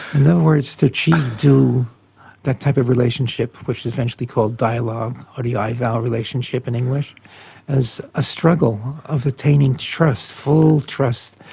in other words, to achieve du that type of relationship, which is eventually called dialogue, or the i-thou relationship in english is a struggle of attaining trust, full trust.